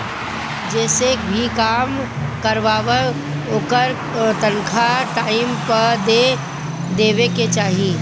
जेसे भी काम करवावअ ओकर तनखा टाइम पअ दे देवे के चाही